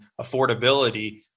affordability